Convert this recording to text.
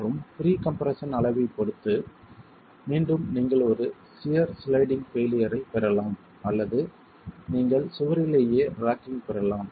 மற்றும் pre compression அளவைப் பொறுத்து மீண்டும் நீங்கள் ஒரு சியர் சிளைடிங் பெய்லியர் ஐப் பெறலாம் அல்லது நீங்கள் சுவரிலேயே ராக்கிங் பெறலாம்